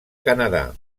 canadà